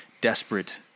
desperate